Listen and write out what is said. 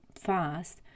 fast